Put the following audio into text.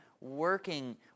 working